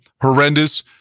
horrendous